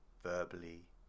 verbally